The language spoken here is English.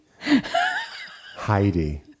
Heidi